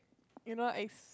you know is